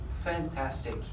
fantastic